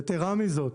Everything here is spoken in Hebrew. יתירה מזאת,